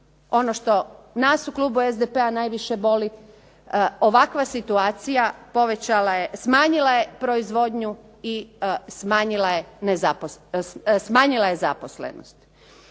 ono što nas u klubu SDP-a najviše boli, ovakva situacija smanjila je proizvodnju i smanjila je zaposlenost.